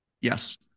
Yes